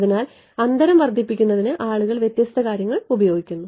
അതിനാൽ അന്തരം വർദ്ധിപ്പിക്കുന്നതിന് ആളുകൾ വ്യത്യസ്ത കാര്യങ്ങൾ ഉപയോഗിക്കുന്നു